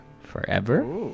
Forever